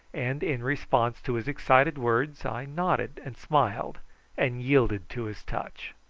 and in response to his excited words i nodded and smiled and yielded to his touch.